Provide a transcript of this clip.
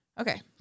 Okay